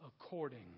according